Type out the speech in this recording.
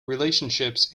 relationships